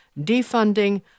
defunding